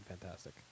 fantastic